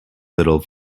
little